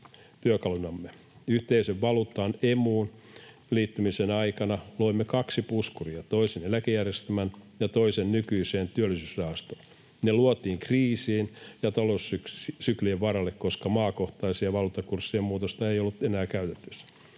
työkalunamme. Yhteiseen valuuttaan, Emuun liittymisen aikana loimme kaksi puskuria: toisen eläkejärjestelmään ja toisen nykyiseen Työllisyysrahastoon. Ne luotiin kriisien ja taloussyklien varalle, koska maakohtaisia valuuttakurssien muutoksia ei ollut enää käytettävissä.